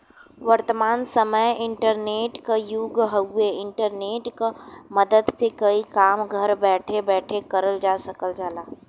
वर्तमान समय इंटरनेट क युग हउवे इंटरनेट क मदद से कई काम घर बैठे बैठे करल जा सकल जाला